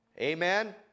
Amen